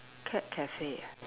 cat cafe